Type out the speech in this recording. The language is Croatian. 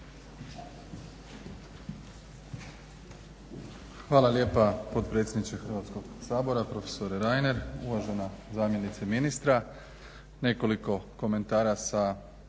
Hvala lijepa potpredsjedniče Hrvatskoga sabora prof. Reiner. Uvažena zamjenice ministra. Nekoliko komentara sa